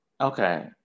Okay